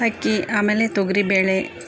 ಅಕ್ಕಿ ಆಮೇಲೆ ತೊಗರಿಬೇಳೆ